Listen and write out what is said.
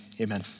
amen